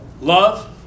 Love